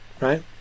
Right